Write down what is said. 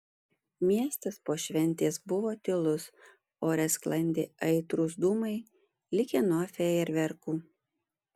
miestas po šventės buvo tylus ore sklandė aitrūs dūmai likę nuo fejerverkų